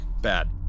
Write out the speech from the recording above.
Bad